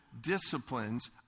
disciplines